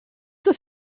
das